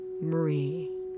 Marie